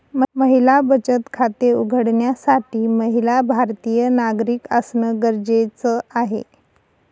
महिला बचत खाते उघडण्यासाठी महिला भारतीय नागरिक असणं गरजेच आहे